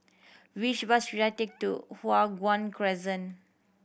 which bus should I take to Hua Guan Crescent